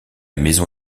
maison